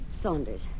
Saunders